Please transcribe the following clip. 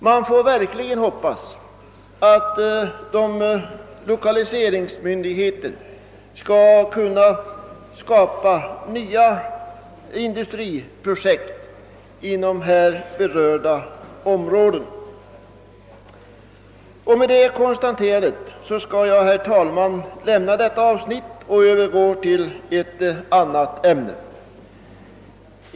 Man får verkligen hoppas att våra lokaliseringsmyndigheter skall kunna skapa nya industriprojekt inom här berörda områden. Med detta konstaterande skall jag, herr talman, lämna detta avsnitt och övergå till ett annat ämne.